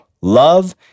Love